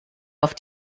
auf